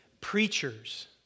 preachers